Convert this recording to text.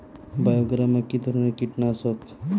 বায়োগ্রামা কিধরনের কীটনাশক?